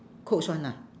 coach one ah